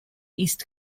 east